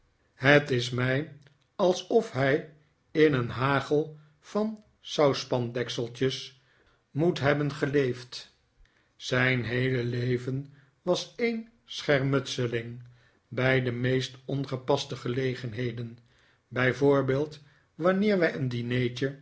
het is mij alsof hij in een hagel van sauspandekseltjes moet hebben geleefd zijn heele leven was een schermutseling bij de meest ongepaste gelegenheden bij voorbeeld wanneer wij een dinertje